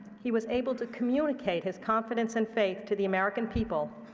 he was able to communicate his confidence and faith to the american people,